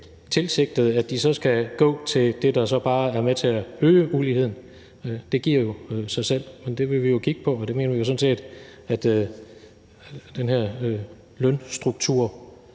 tilsigtet, at de så skal gå til det, der så bare er med til at øge uligheden, det giver jo sig selv, men det vil vi jo kigge på, og det mener vi sådan set at den her lønstrukturkommission